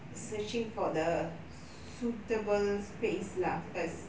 searching for the suitable space lah first